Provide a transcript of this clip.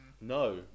No